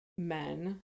men